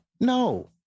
No